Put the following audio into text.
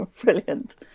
Brilliant